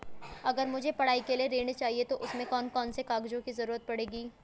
अगर मुझे पढ़ाई के लिए ऋण चाहिए तो उसमें कौन कौन से कागजों की जरूरत पड़ेगी?